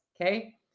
okay